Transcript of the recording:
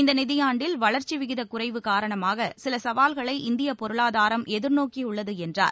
இந்த நிதியாண்டில் வளர்ச்சி விகித குறைவு காரணமாக சில சவால்களை இந்திய பொருளாதாரம் எதிர்நோக்கியுள்ளது என்றார்